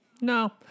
No